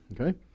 Okay